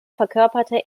verkörperte